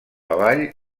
avall